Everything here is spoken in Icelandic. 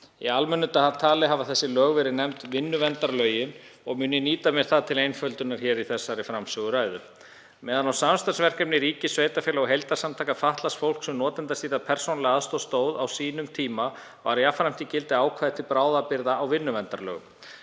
Í almennu tali hafa þessi lög stundum verið nefnd vinnuverndarlögin og mun ég nýta mér það til einföldunar í þessari framsöguræðu minni. Meðan á samstarfsverkefni ríkis, sveitarfélaga og heildarsamtaka fatlaðs fólks um notendastýrða persónulega aðstoð stóð á sínum tíma var jafnframt í gildi ákvæði til bráðabirgða í vinnuverndarlögum.